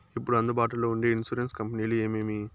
ఇప్పుడు అందుబాటులో ఉండే ఇన్సూరెన్సు కంపెనీలు ఏమేమి?